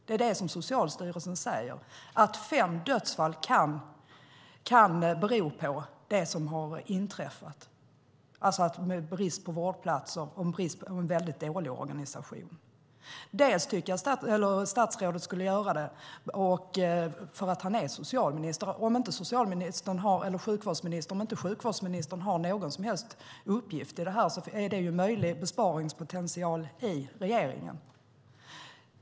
Det är det som Socialstyrelsen säger, att fem dödsfall kan bero på brist på vårdplatser och en väldigt dålig organisation. Dels tycker jag att statsrådet skulle göra det för att han är socialminister. Om inte sjukvårdsministern har någon som helst uppgift i det här är det ju en möjlig besparingspotential i regeringen.